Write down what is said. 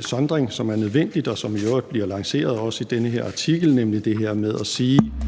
sondring, som er nødvendig, og som i øvrigt også bliver lanceret i den her artikel. Det er det her med at sige,